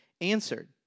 answered